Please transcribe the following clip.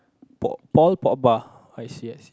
P~ Paul-Pogba I see I see